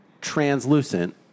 Translucent